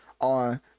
on